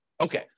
Okay